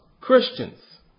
Christians